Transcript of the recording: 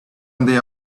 someday